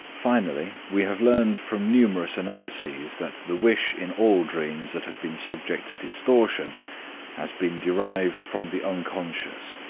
finally, we have learned from numerous analyses that the wish in all dreams that have been subject to distortion has been derived from the unconscious,